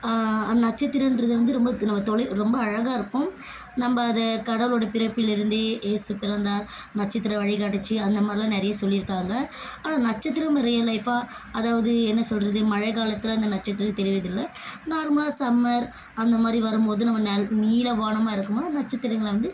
நட்சத்திரம்ன்றது வந்து ரொம்ப நம்ம தொலைவு ரொம்ப அழகாக இருக்கும் நம்ம அதை கடவுளோட பிறப்பிலிருந்தே ஏசு பிறந்தார் நட்சத்திரம் வழிகாட்டுச்சு அந்தமாதிரிலாம் நிறைய சொல்லியிருக்காங்க ஆனால் நட்சத்திரம் ரியல் லைஃபா அதாவது என்ன சொல்கிறது மழை காலத்தில் அந்த நட்சத்திரம் தெரிவதில்லை நார்மலாக சம்மர் அந்தமாதிரி வரும்போது நம்ம ந நீல வானமாக இருக்கும்போது அந்த நட்சத்திரங்களை வந்து